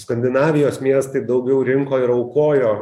skandinavijos miestai daugiau rinko ir aukojo